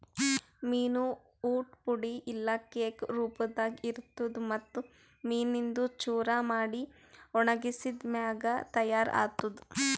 ಮೀನು ಊಟ್ ಪುಡಿ ಇಲ್ಲಾ ಕೇಕ್ ರೂಪದಾಗ್ ಇರ್ತುದ್ ಮತ್ತ್ ಮೀನಿಂದು ಚೂರ ಮಾಡಿ ಒಣಗಿಸಿದ್ ಮ್ಯಾಗ ತೈಯಾರ್ ಆತ್ತುದ್